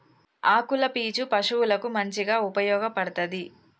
ఆకుల పీచు పశువులకు మంచిగా ఉపయోగపడ్తది